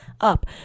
up